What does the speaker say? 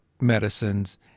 medicines